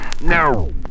No